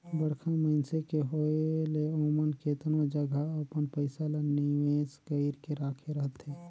बड़खा मइनसे के होए ले ओमन केतनो जगहा अपन पइसा ल निवेस कइर के राखे रहथें